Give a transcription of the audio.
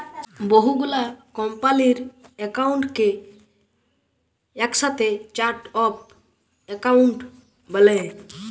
বহু গুলা কম্পালির একাউন্টকে একসাথে চার্ট অফ একাউন্ট ব্যলে